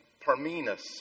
Parmenas